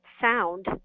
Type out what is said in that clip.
sound